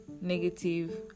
negative